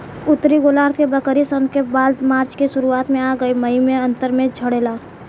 उत्तरी गोलार्ध के बकरी सन के बाल मार्च के शुरुआत में आ मई के अन्तिम में झड़ेला